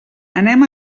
anem